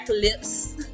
lips